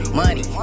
money